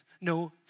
No